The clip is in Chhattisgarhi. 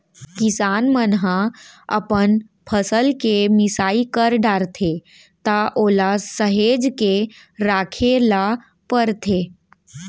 किसान मन ह अपन फसल के मिसाई कर डारथे त ओला सहेज के राखे ल परथे